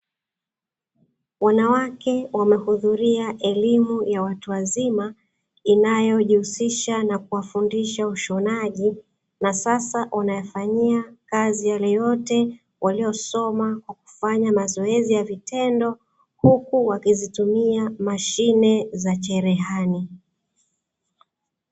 Wanawake wanahudhuria elimu ya watu wazima inayojihusisha na kuwafundisha ushonaji, kwa sasa wanafanyia kazi yale yote waliyosoma kwa kufanya mazoezi ya vitendo huku wakizitumia mashine za cherehani.